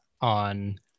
on